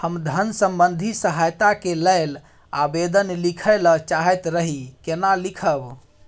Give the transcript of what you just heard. हम धन संबंधी सहायता के लैल आवेदन लिखय ल चाहैत रही केना लिखब?